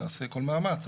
נעשה כל מאמץ,